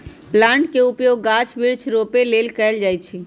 plant के उपयोग गाछ वृक्ष रोपे लेल कएल जाइ छइ